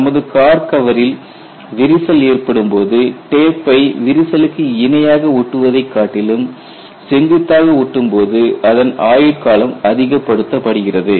நமது கார் கவரில் விரிசல் ஏற்படும் போது டேப்பை விரிசலுக்கு இணையாக ஓட்டுவதை காட்டிலும் செங்குத்தாக ஒட்டும் போது அதன் ஆயுட்காலம் அதிகப் படுத்த படுகிறது